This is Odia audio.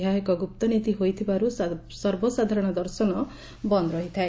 ଏହା ଏକ ଗୁପ୍ତନୀତି ହୋଇଥିବାରୁ ସର୍ବସାଧାରଣ ଦର୍ଶନ ବନ୍ଦ ରହିଥାଏ